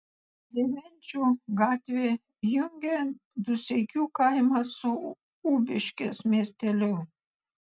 levenčių gatvė jungia dūseikių kaimą su ubiškės miesteliu